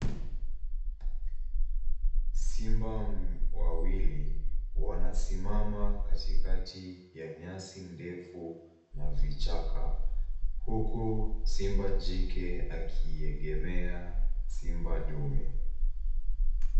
Simba wawili, wanasimama katikati ya nyasi ndefu na vichaka huku simba jike akiegemea simba dume.